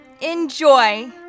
Enjoy